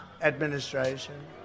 administration